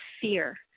fear